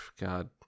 God